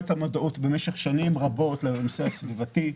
במשך שנים רבות לא הייתה מודעות לנושא הסביבתי,